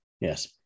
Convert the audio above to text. Yes